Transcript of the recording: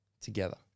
Together